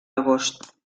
agost